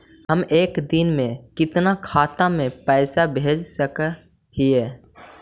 हम एक दिन में कितना खाता में पैसा भेज सक हिय?